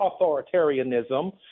authoritarianism